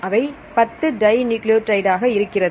அவை 10 dinucleotide ஆக இருக்கிறது